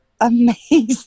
Amazing